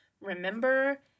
remember